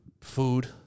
food